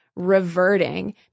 reverting